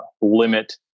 limit